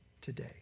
today